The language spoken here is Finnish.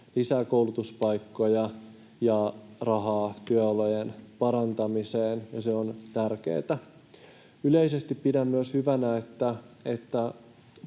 lisää koulutuspaikkoja ja rahaa työolojen parantamiseen, ja se on tärkeätä. Yleisesti pidän myös hyvänä, tässä